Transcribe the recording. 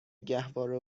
گهواره